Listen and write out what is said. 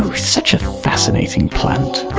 such a fascinating plant!